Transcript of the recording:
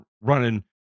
running